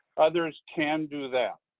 others can do that.